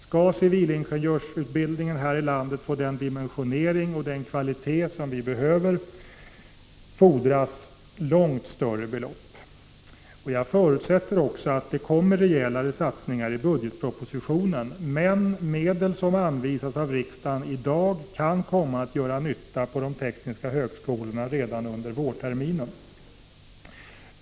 Skall civilingenjörsutbildningen här i landet få den dimensionering och den kvalitet som vi behöver fordras långt större belopp. Jag förutsätter att rejälare satsningar kommer i budgetpropositionen, men medel som anvisas av riksdagen i dag kan komma att göra nytta på de tekniska högskolorna redan under vårterminen.